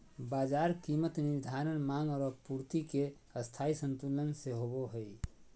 बाजार कीमत निर्धारण माँग और पूर्ति के स्थायी संतुलन से होबो हइ